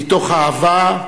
מתוך אהבה,